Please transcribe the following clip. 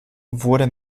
wurde